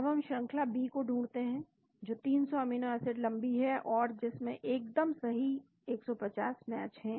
अब हम श्रंखला बी को ढूंढते हैं जो 300 अमीनो एसिड लंबी हैं और जिसमें एकदम सही 150 मैच है